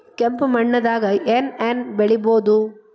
ಕೆಂಪು ಮಣ್ಣದಾಗ ಏನ್ ಏನ್ ಬೆಳಿಬೊದು?